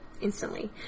instantly